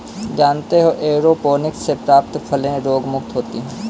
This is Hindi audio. जानते हो एयरोपोनिक्स से प्राप्त फलें रोगमुक्त होती हैं